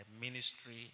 ministry